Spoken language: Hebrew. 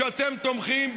שאתם תומכים.